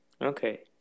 okay